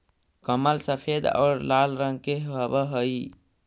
कमल सफेद और लाल रंग के हवअ हई